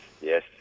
yes